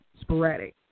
sporadic